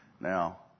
Now